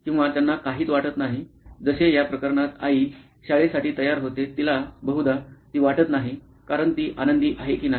किंवा त्यांना काहीच वाटत नाही जसे या प्रकरणात आई शाळेसाठी तयार होते तिला बहुधा ती वाटत नाही कारण ती आनंदी आहे की नाही